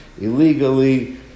illegally